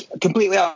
completely